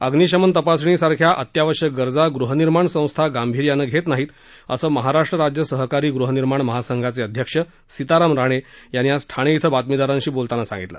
अग्निशमन तपासणी सारख्या अत्यावश्यक गरजा ग़हनिर्माण संस्था गांभीर्यानं घेत नाहीत असं महाराष्ट्र राज्य सहकारी गृहनिर्माण महासंघाचे अध्यक्ष सीताराम राणे यांनी आज ठाणे इथं बातमीदारांशी बोलताना सांगितलं